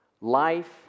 Life